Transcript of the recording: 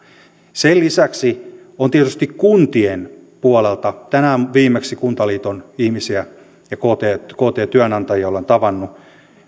sen lisäksi tietysti kuntien puolelta tänään viimeksi kuntaliiton ihmisiä ja ktn työnantajia olen tavannut